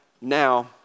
now